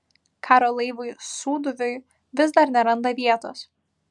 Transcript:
karo laivui sūduviui vis dar neranda vietos